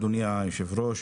אדוני היושב-ראש,